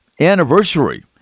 anniversary